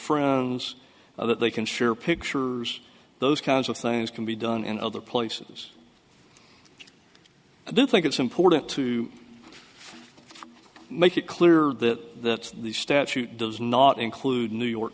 friends or that they can share pictures those kinds of things can be done in other places i do think it's important to make it clear that the statute does not include new york